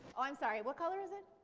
i'm sorry, what color is it?